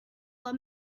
were